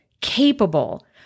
capable